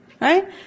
Right